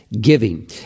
giving